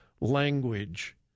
language